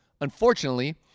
unfortunately